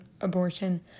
abortion